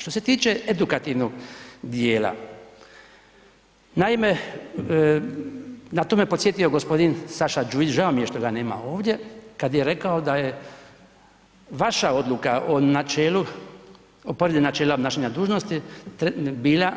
Što se tiče edukativnog dijela, naime, na to me podsjetio g. Saša Đujić, žao mi je što ga nema ovdje, kad je rekao da je vaša odluka o načelu, o podijeli načela obnašanja dužnosti bila